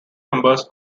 members